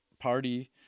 party